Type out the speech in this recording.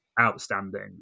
outstanding